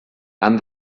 han